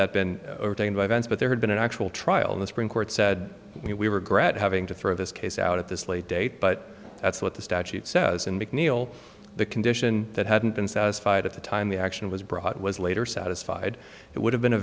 that been overtaken by events but there had been an actual trial in the supreme court said we were grad having to throw this case out at this late date but that's what the statute says and mcneil the condition that hadn't been satisfied at the time the action was brought was later satisfied it would have been a